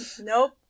nope